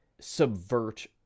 subvert